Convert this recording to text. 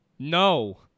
No